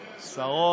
שרות,